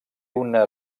una